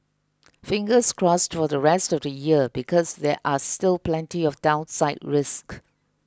fingers crossed for the rest of the year because there are still plenty of downside risk